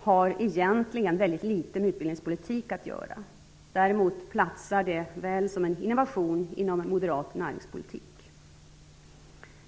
har egentligen väldigt litet med utbildningspolitik att göra. Däremot platsar det väl som en innovation i moderat näringspolitik.